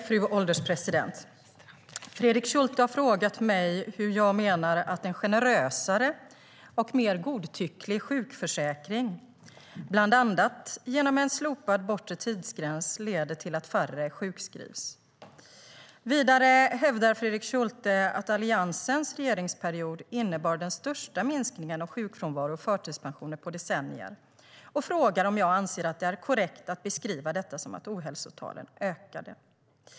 Fru ålderspresident! Fredrik Schulte har frågat mig hur jag menar att en generösare och mer godtycklig sjukförsäkring - bland annat genom en slopad bortre tidsgräns - leder till att färre sjukskrivs. Vidare hävdar Fredrik Schulte att Alliansens regeringsperiod innebar den största minskningen av sjukfrånvaro och förtidspensioner på decennier och frågar om jag anser att det är korrekt att beskriva detta som att ohälsotalen ökade.